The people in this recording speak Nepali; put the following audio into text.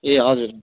ए हजुर